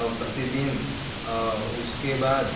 और प्रतिदिन और उसके बाद